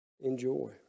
enjoy